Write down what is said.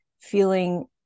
feeling